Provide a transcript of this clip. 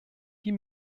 die